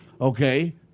Okay